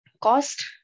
cost